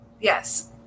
Yes